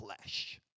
flesh